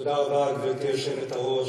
גברתי היושבת-ראש,